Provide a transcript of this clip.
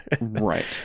Right